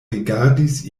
rigardis